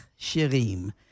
Shirim